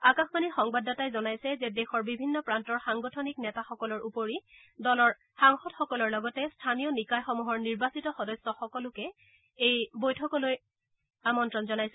আকাশবাণীৰ সংবাদদাতাই জনাইছে যে দেশৰ বিভিন্ন প্ৰান্তৰ সাংগঠনিক নেতাসকলৰ উপৰিও দলৰ সাংসদসকলৰ লগতে স্থানীয় নিকায়সমূহৰ নিৰ্বাচিত সদস্য সকলোকে এই বৈঠকলৈ আমন্ত্ৰণ জনাইছে